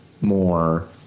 more